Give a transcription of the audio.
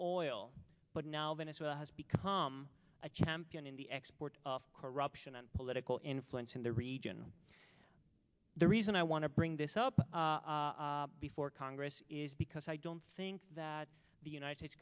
oil but now venezuela has become a champion in the export of corruption and political influence in the region the reason i want to bring this up before congress is because i don't think that the united states